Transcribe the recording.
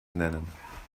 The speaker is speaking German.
nennen